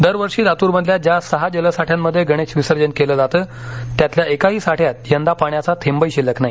दरवर्षी लातूरमधल्या ज्या सहा जलसाठ्यांमध्ये गणेश विसर्जन केलं जातं त्यातल्या एकाही साठ्यात यंदा पाण्याचा थेंबही शिल्लक नाही